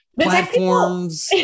platforms